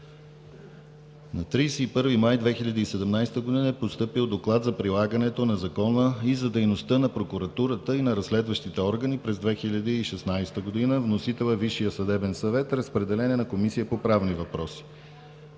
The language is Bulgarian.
На 31 май 2017 г. е постъпил Доклад за прилагането на Закона и за дейността на прокуратурата и на разследващите органи през 2016 г. Вносител е Висшият съдебен съвет. Разпределен е на Комисията по правни въпроси.